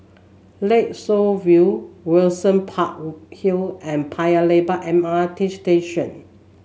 Lakeshore View Windsor Park Hill and Paya Lebar M R T Station